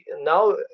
now